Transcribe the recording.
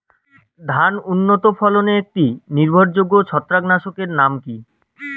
ধান উন্নত ফলনে একটি নির্ভরযোগ্য ছত্রাকনাশক এর নাম কি?